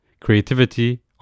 creativity